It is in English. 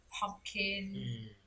pumpkin